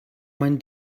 mein